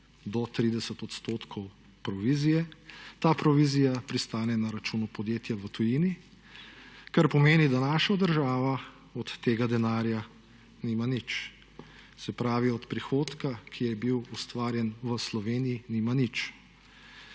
do 30 % provizije, ta provizija pristane na računu podjetja v tujini, kar pomeni, da naša država od tega denarja nima nič. Se pravi od prihodka, ki je bil ustvarjen v Sloveniji nima nič.